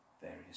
various